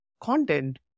content